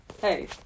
hey